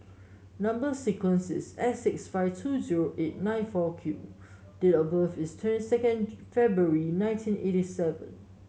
number sequence is S six five two zero eight nine four Q date of birth is twenty second February nineteen eighty seven